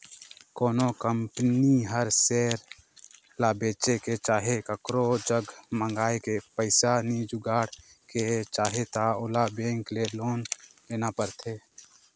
कोनो कंपनी हर सेयर ल बेंच के चहे काकरो जग मांएग के पइसा नी जुगाड़ के चाहे त ओला बेंक ले लोन लेना परथें